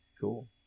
Cool